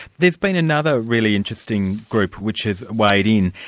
there's been another really interesting group which has weighed in,